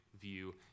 view